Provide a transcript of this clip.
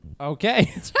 Okay